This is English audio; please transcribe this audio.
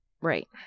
Right